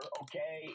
okay